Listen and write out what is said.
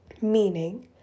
Meaning